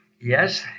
Yes